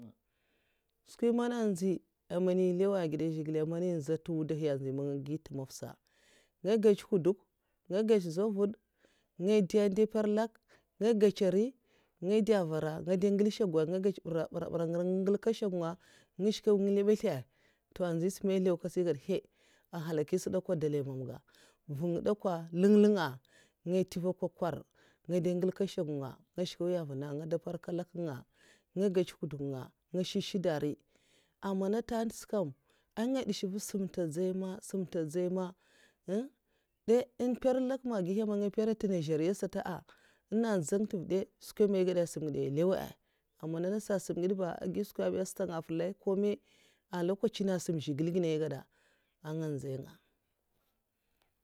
Skwi man nzhiy amana nlew ageda zhigilè amana nza nte wudahi nzey man nga giya nte'mafsa nga ngece nhwuduk nga ngece zhevad'nga dwon do mper lak nga ngece nri nga dwo nvara nga ngel mper shagwa nga ngecha mbura mbura nwar nga ngelka nshagw nga, nga nshke nwi nga nlebasla'a to nzyi sa man eh lew kasa egeda nhaii nhalaki'sa dekwa dalai mamga nvan dekwa lin linga nga ntuva nkwo'kwar nga dwo ngelka nhsagw'nga, nga nshke wni avuna nga mperk lak nga ngech'a nhwuduk nga nga shed'shed nriya amana ntente sa kam, enga ndesh nva' sam nte ndzey ma- sam nte ndzey ma ghammm dai mper lak maggihi man nga mpera nte nigeria sata nenga ndzan ntuva dey sukweme? Ai gada asam ngide ai lew a amana nasa asam ngide ba agui skwabi nga sata nfelai kome a lokachina asam zhigile ginne ai gada an nga nzey nga.